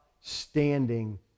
standing